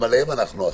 גם עליהם אנחנו אחראים.